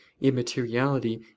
immateriality